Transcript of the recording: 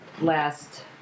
last